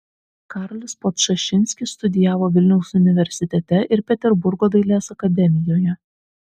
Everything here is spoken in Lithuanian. karolis podčašinskis studijavo vilniaus universitete ir peterburgo dailės akademijoje